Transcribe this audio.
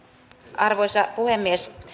arvoisa puhemies